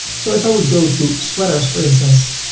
so if i would go to sweaters, for instance,